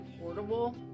portable